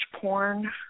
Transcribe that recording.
porn